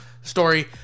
story